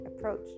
approach